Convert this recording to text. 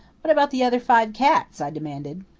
what about the other five cats? i demanded.